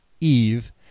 Eve